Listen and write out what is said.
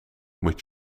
moet